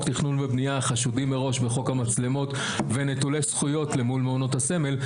תכנון ובנייה חשובים מראש מחוק המצלמות ונטולי זכויות למול מעונות הסמל,